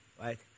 Right